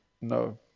no